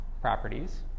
properties